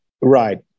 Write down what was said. Right